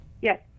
Yes